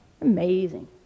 Amazing